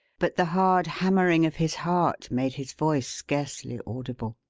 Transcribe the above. but the hard hammering of his heart made his voice scarcely audible.